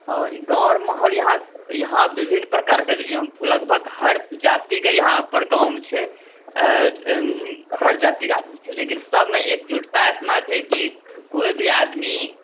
ई गाँव आओर माहौल यहाँ विभिन्न प्रकारकेँ लगभग हर जातीके यहाँ पर गाँवमे छै हर जातीके आदमी छै लेकिन सबमे एकजुटता एतना छै कि कोइ भी आदमी